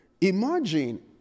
imagine